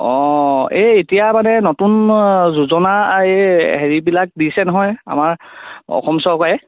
অ এই এতিয়া মানে নতুন যোজনা এই হেৰিবিলাক দিছে নহয় আমাৰ অসম চৰকাৰে